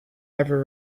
ever